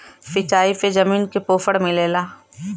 सिंचाई से जमीन के पोषण मिलेला